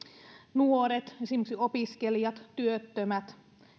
nuoret esimerkiksi opiskelijat työttömät